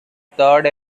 third